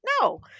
No